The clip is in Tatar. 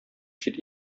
чит